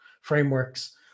frameworks